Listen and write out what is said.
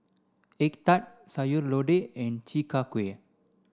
egg tart Sayur Lodeh and Chi Kak Kuih